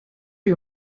you